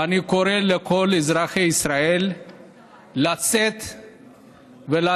ואני קורא לכל אזרחי ישראל לצאת ולהצביע.